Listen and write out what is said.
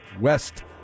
West